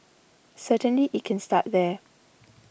certainly it can start there